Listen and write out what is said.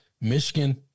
Michigan